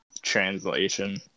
Translation